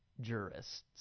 jurists